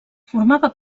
formava